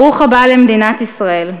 ברוך הבא למדינת ישראל,